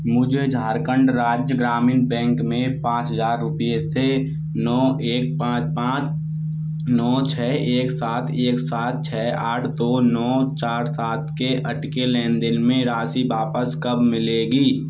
मुझे झारखंड राज्य ग्रामीण बैंक में पाँच हज़ार रुपये से नौ एक पाँच पाँच नौ छः एक सात एक सात छः आठ दो नौ चार सात के अटके लेन देन में राशि वापस कब मिलेगी